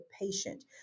patient